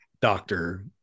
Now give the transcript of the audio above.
doctor